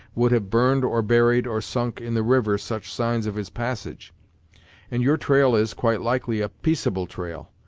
would have burned, or buried, or sunk in the river such signs of his passage and your trail is, quite likely, a peaceable trail.